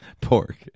pork